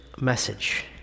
message